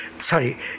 sorry